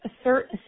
assert